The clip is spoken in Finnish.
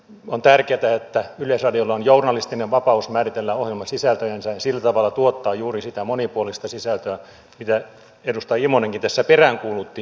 on tärkeätä että yleisradiolla on journalistinen vapaus määritellä ohjelmasisältönsä ja sillä tavalla tuottaa juuri sitä monipuolista sisältöä mitä edustaja immonenkin tässä peräänkuulutti